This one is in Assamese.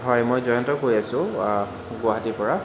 হয় মই জয়ন্তই কৈ আছোঁ গুৱাহাটীৰ পৰা